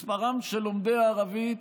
מספרם של לומדי הערבית